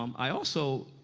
um i also.